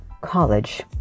college